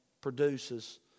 produces